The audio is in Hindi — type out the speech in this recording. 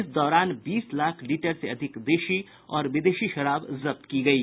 इस दौरान बीस लाख लीटर से अधिक देशी और विदेशी शराब जब्त की गयी